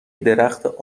درخت